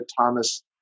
Thomas